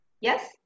Yes